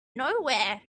nowhere